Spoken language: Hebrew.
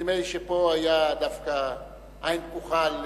נדמה לי שפה היתה דווקא עין פקוחה על